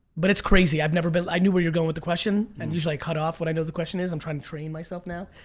but it's crazy i've never been i knew where you're going with the question and usually cut off what i know the question is i'm trying to train myself now